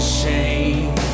shame